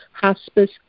hospice